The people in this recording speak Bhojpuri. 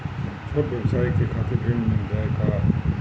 छोट ब्योसाय के खातिर ऋण मिल जाए का?